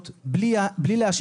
אני מבקש לא להפריע